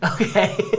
Okay